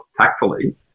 tactfully